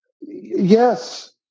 yes